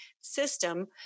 system